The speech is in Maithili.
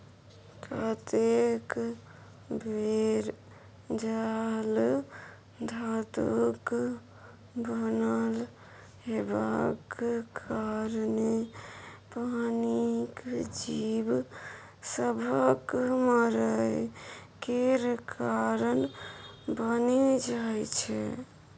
कतेक बेर जाल धातुक बनल हेबाक कारणेँ पानिक जीब सभक मरय केर कारण बनि जाइ छै